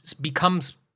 becomes –